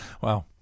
Wow